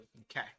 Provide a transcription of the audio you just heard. Okay